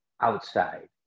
outside